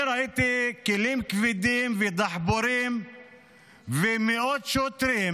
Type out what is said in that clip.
אני ראיתי כלים כבדים ודחפורים ומאות שוטרים